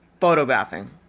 photographing